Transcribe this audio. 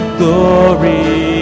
glory